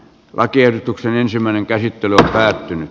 lakiehdotuksen ensimmäinen käsittely on päättynyt